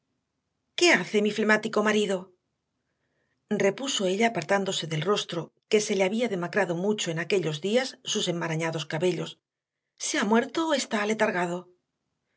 qué hace mi flemático marido repuso ella apartándose del rostro que se le había demacrado mucho en aquellos días sus enmarañados cabellos se ha muerto o está aletargado